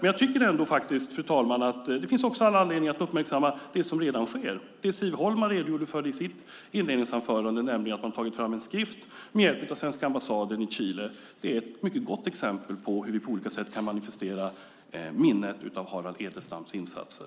Men jag tycker ändå, fru talman, att det också finns all anledning att uppmärksamma det som redan sker, det som Siv Holma i sitt inledningsanförande redogjorde för: att man har tagit fram en skrift med hjälp av den svenska ambassaden i Chile. Det är ett mycket gott exempel på hur vi på olika sätt kan manifestera minnet av Harald Edelstams insatser.